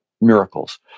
miracles